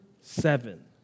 seven